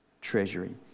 treasury